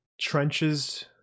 trenches